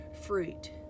fruit